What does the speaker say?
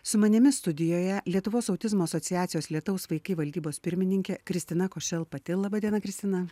su manimi studijoje lietuvos autizmo asociacijos lietaus vaikai valdybos pirmininkė kristina košel patil laba diena kristina